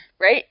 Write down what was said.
right